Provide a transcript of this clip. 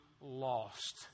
lost